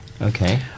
Okay